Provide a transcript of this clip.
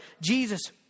jesus